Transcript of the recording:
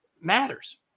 matters